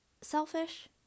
selfish